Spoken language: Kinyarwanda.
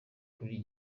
buri